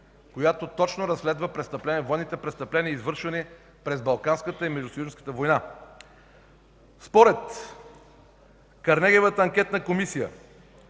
която точно разследва военните престъпления, извършвани през Балканската и Междусъюзническата война. Според Карнегиевата анкетна комисия